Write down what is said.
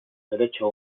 derechos